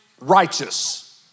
righteous